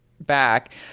back